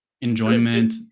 enjoyment